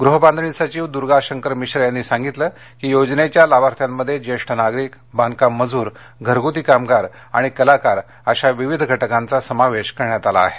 गृहबांधणी सचिव दुर्गाशंकर मिश्र यांनी सांगितलं की योजनेच्या लाभार्थ्यांमध्ये ज्येष्ठ नागरिक बांधकाम मजुर घरगुती कामगार आणि कलाकार अशा विविध घटकांचा समावेश करण्यात आला आहे